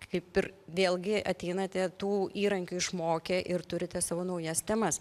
kaip ir vėlgi ateinate tų įrankių išmokę ir turite savo naujas temas